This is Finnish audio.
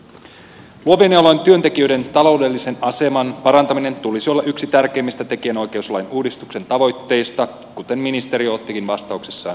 luovien alojen työntekijöiden taloudellisen aseman parantaminen tulisi olla yksi tärkeimmistä tekijänoikeuslain uudistuksen tavoitteista kuten ministeri ottikin vastauksessaan esille